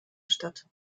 statt